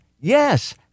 Yes